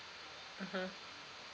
mmhmm